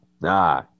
nah